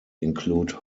include